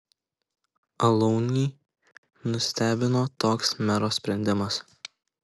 alaunį nustebino toks mero sprendimas